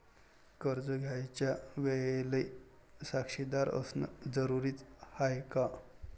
कर्ज घ्यायच्या वेळेले साक्षीदार असनं जरुरीच हाय का?